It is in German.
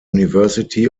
university